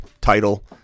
title